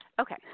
Okay